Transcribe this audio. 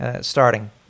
starting